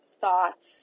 thoughts